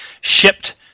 shipped